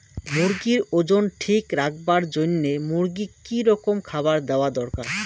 মুরগির ওজন ঠিক রাখবার জইন্যে মূর্গিক কি রকম খাবার দেওয়া দরকার?